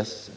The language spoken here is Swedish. avser.